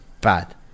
bad